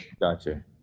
Gotcha